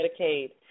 Medicaid